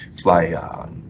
fly